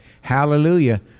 Hallelujah